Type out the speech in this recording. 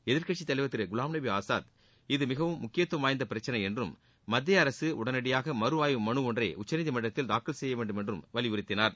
எதிர்கட்சி தலைவர் திரு குலாம்நபி ஆசாத் இது மிகவும் முக்கியதவம் வாய்ந்த பிரச்சனை என்றும் மத்திய அரச உடனடியாக மறு அய்வு மனு ஒன்றை உச்சநீதிமன்றத்தில் தாக்கல் செய்யவேண்டும் என்றம் வலியுறுத்தினார்